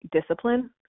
discipline